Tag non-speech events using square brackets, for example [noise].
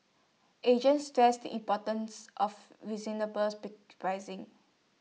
agents stress the importance of [unintelligible] pricing